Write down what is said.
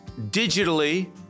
digitally